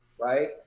Right